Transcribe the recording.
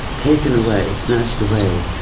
taken away, snatched away,